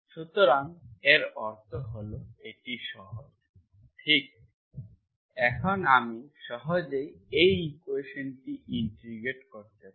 সুতরাং এর অর্থ হল এটি সহজ ঠিক এখন আমি সহজেই এই ইকুয়েশনটি ইন্টিগ্রেট করতে পারি